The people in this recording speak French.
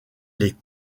les